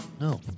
no